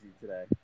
today